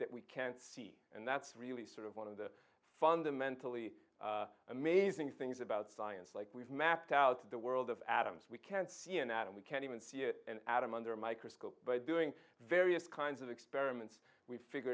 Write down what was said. that we can't see and that's really sort of one of the fundamentally amazing things about science like we've mapped out the world of atoms we can't see an atom we can't even see it an atom under a microscope by doing various kinds of experiments we